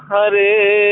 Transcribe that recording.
Hare